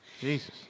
Jesus